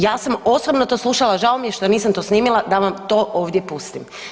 Ja sam osobno to slušala žao mi je što nisam to snimila da vam to ovdje pustim.